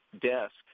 desk